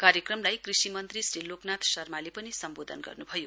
कार्यक्रमलाई कृषि मन्त्री श्री लोकनाथ शर्माले पनि सम्बोधन गर्नुभयो